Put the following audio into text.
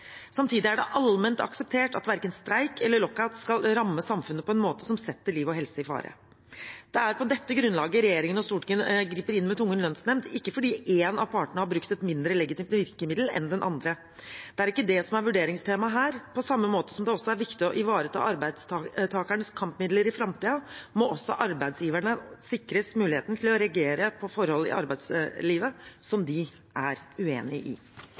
Samtidig er det allment akseptert at verken streik eller lockout skal ramme samfunnet på en måte som setter liv og helse i fare. Det er på dette grunnlaget regjeringen og Stortinget griper inn med tvungen lønnsnemnd – ikke fordi en av partene har brukt et mindre legitimt virkemiddel enn den andre, det er ikke det som er vurderingstemaet her. På samme måte som det er viktig å ivareta arbeidstakerens kampmidler i framtiden, må også arbeidsgiverne sikres muligheten til å reagere på forhold i arbeidslivet som de er uenig i.